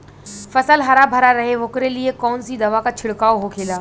फसल हरा भरा रहे वोकरे लिए कौन सी दवा का छिड़काव होखेला?